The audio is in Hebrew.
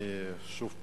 אני שוב